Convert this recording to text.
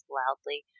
loudly